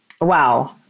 wow